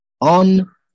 On